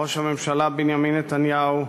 ראש הממשלה בנימין נתניהו,